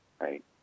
Right